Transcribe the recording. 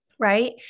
right